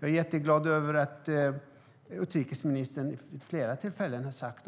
Jag är jätteglad över att utrikesministern vid flera tillfällen har sagt